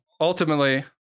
ultimately